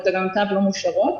או תקנותיו לא מאושרות,